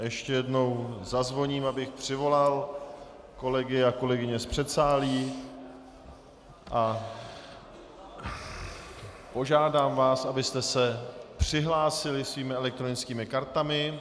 Ještě jednou zazvoním, abych přivolal kolegy a kolegyně z předsálí a požádám vás, abyste se přihlásili svými elektronickými kartami.